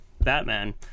Batman